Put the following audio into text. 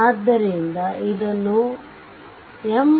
ಆದ್ದರಿಂದ ಇದನ್ನು ಎಂ